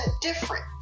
different